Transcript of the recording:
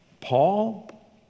Paul